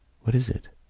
what is it?